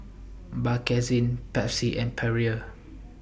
Bakerzin Pepsi and Perrier